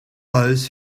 those